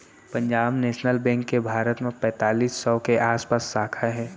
Punjab national bank के भारत म पैतालीस सौ के आसपास साखा हे